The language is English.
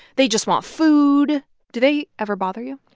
they just want food do they ever bother you?